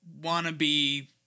wannabe